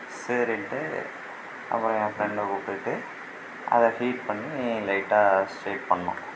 சரின்ட்டு அப்புறம் என் ஃப்ரெண்ட்டை கூப்பிட்டுக்கிட்டு அதை ஹீட் பண்ணி லைட்டாக ஸ்ட்ரைட் பண்ணிணோம்